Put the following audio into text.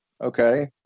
okay